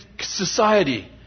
society